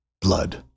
blood